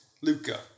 Luca